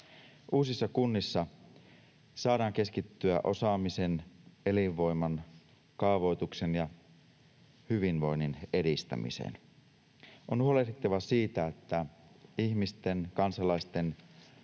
Uusissa kunnissa saadaan keskittyä osaamisen, elinvoiman, kaavoituksen ja hyvinvoinnin edistämiseen. On huolehdittava siitä, että ihmisten, kansalaisten,